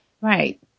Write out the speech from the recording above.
Right